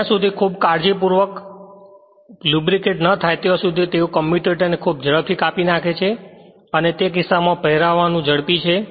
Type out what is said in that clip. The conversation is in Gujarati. જ્યાં સુધી ખૂબ કાળજીપૂર્વક લ્યુબ્રિકેટ ન થાય ત્યાં સુધી તેઓ કમ્યુટેટરને ખૂબ જ ઝડપથી કાપી નાખે છે અને કિસ્સામાં પહેરાવવાનું ઝડપી છે